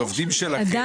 זה עובדים שלכם.